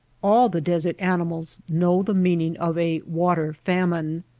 all the desert animals know the meaning of a water famine,